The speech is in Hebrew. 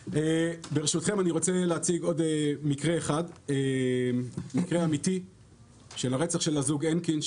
אני רוצה להציג עוד מקרה אחד אמיתי של הרצח של הזוג הנקין,